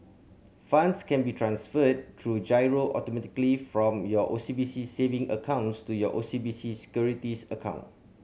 funds can be transferred through giro automatically from your O C B C saving accounts to your O C B C Securities account